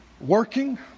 working